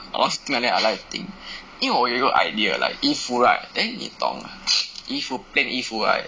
all this thing I like to think 因为我有一个 idea like 衣服 right then 你懂衣服 plain 衣服 right